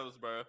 bro